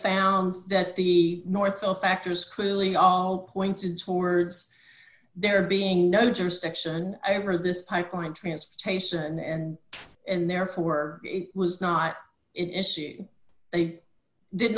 found that the north of factors clearly all pointed towards there being no jurisdiction over this pipeline transportation and and therefore it was not in ca they did